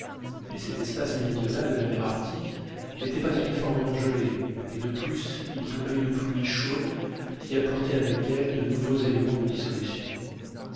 mais cet espace méridional de la mer arctique n'était pas uniformément gelé et de plus il tombait une pluie chaude qui apportait avec elle de nouveaux éléments de dissolution